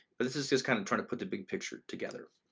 but this is just kind of trying to put the big picture together.